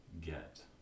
get